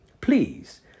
Please